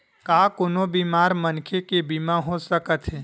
का कोनो बीमार मनखे के बीमा हो सकत हे?